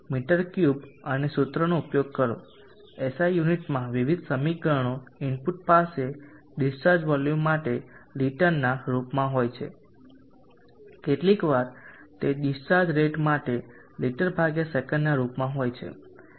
મી3 અને સૂત્રોનો ઉપયોગ કરો SI યુનિટમાં વિવિધ સમીકરણો ઇનપુટ પાસે ડિસ્ચાર્જ વોલ્યુમ માટે લિટરના રૂપમાં હોય છે કેટલીકવાર તે ડિસ્ચાર્જ રેટ માટે લિટર સેના રૂપમાં હોય છે